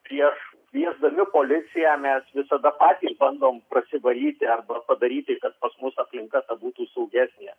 prieš kviesdami policiją mes visada patys bandom prasivalyti arba padaryti kad pas mus apninka ta būtų saugesnė